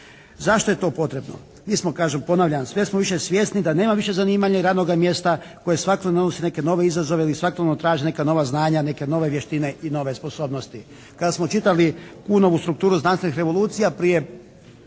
Zašto je to potrebno? Mi smo kažem, ponavljam, sve smo više svjesni da nema više zanimanja i radnoga mjesta koje svakodnevno ne donosi neke nove izazove ili svakodnevno traži neka nova znanja, neke nove vještine i nove sposobnosti. Kada smo čitali «Kunovu» strukturu znanstvenih revolucija prije